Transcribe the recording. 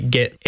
get